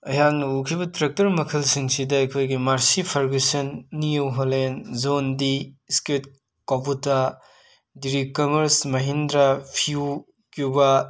ꯑꯩꯍꯥꯛꯅ ꯎꯈꯤꯕ ꯇ꯭ꯔꯦꯛꯇꯔ ꯃꯈꯜꯁꯤꯡꯁꯤꯗ ꯑꯩꯈꯣꯏꯒꯤ Massey Ferguson New Holland John Deere ꯁ꯭ꯀ꯭ꯋꯤꯠ ꯀꯣꯕꯨꯇꯥ ꯗ꯭ꯔꯤꯀꯕꯔꯁ ꯃꯍꯤꯟꯗ꯭ꯔ ꯐ꯭ꯌꯨ ꯀ꯭ꯌꯨꯕꯥ